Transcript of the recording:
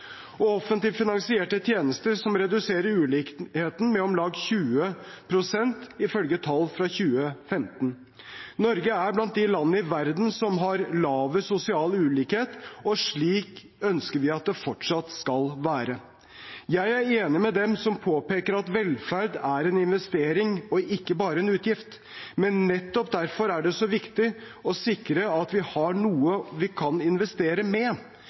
og offentlig finansierte tjenester som reduserer ulikheten med om lag 20 pst., ifølge tall fra 2015. Norge er blant de landene i verden som har lavest sosial ulikhet, og slik ønsker vi at det fortsatt skal være. Jeg er enig med dem som påpeker at velferd er en investering og ikke bare en utgift. Men nettopp derfor er det så viktig å sikre at vi har noe vi kan investere med.